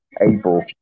April